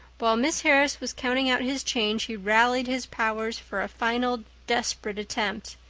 while miss harris was counting out his change he rallied his powers for a final desperate attempt.